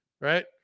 right